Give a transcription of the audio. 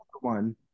one